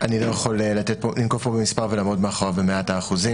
אני לא יכול לנקוב פה במספר ולעמוד מאחוריו במאת האחוזים,